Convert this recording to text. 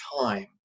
time